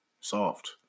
soft